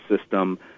system